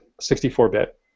64-bit